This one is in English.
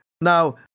Now